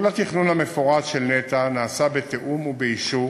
כל התכנון המפורט של נת"ע נעשה בתיאום ובאישור